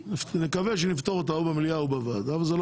אבל נקווה שנפתור אותה או במליאה או בוועדה אבל כרגע זה לא